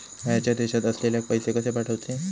बाहेरच्या देशात असलेल्याक पैसे कसे पाठवचे?